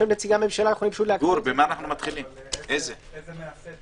נקרא את הסט